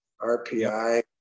RPI